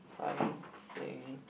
Tai-Seng